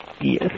Yes